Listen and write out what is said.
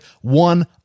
one